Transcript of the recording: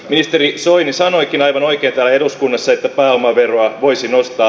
ministeri soini sanoikin aivan oikein täällä eduskunnassa että pääomaveroa voisi nostaa